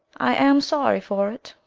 i am sorry fort